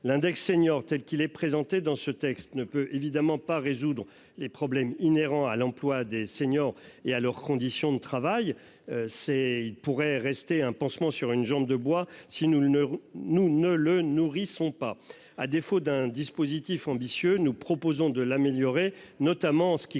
l'index senior telle qu'il est présenté dans ce texte ne peut évidemment pas résoudre les problèmes inhérents à l'emploi des seniors et à leurs conditions de travail. C'est il pourrait rester un pansement sur une jambe de bois. Si nous ne nous ne le nourrisson pas à défaut d'un dispositif ambitieux, nous proposons de l'améliorer, notamment en ce qui concerne